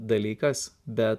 dalykas bet